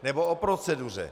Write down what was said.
Nebo o proceduře.